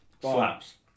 Slaps